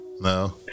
No